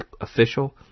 official